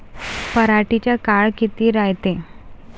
पराटीचा काळ किती रायते?